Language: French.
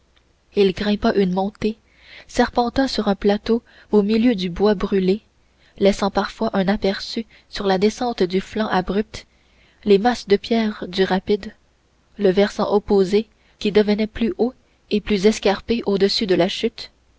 il grimpa une montée serpenta sur un plateau au milieu du bois brûlé laissant parfois un aperçu sur la descente du flanc abrupt les masses de pierre du rapide le versant opposé qui devenait plus haut et plus escarpé au-dessus de la chute